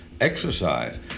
exercise